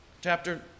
Chapter